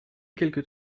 quelques